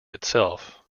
itself